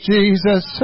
Jesus